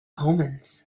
omens